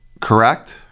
correct